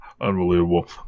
Unbelievable